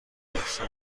پیتزا